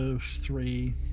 three